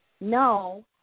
no